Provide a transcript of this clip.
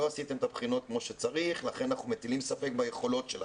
לא עשיתם את הבחינות כמו שצריך לכן אנחנו מטילים ספק ביכולות שלכם.